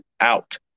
out